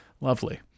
Lovely